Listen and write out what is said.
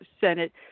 Senate